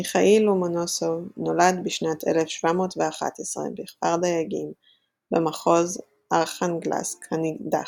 מיכאיל לומונוסוב נולד בשנת 1711 בכפר דייגים במחוז ארכאנגלסק הנידח,